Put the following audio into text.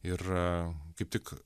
ir kaip tik